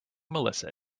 melissa